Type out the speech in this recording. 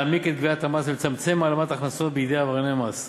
להעמיק את גביית המס ולצמצם העלמת הכנסות בידי עברייני מס,